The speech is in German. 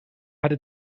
hatte